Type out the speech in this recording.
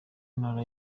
ntara